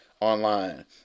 online